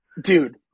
Dude